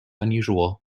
unusual